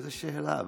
איזו שאלה.